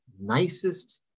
nicest